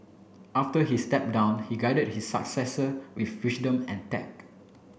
after he step down he guided his successor with and tact